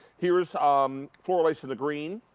here is um floral lace in the green.